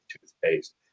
toothpaste